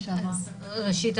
ראשית,